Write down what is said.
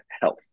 health